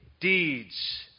deeds